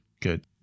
good